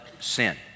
sin